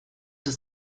des